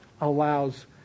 allows